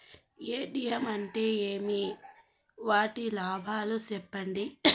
ATM అంటే ఏమి? వాటి లాభాలు సెప్పండి